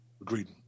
Agreed